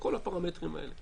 וכל הפרמטרים האלה.